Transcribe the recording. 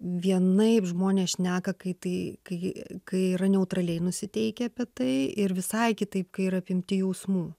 vienaip žmonės šneka kai tai kai kai yra neutraliai nusiteikę apie tai ir visai kitaip kai yra apimti jausmų